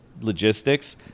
logistics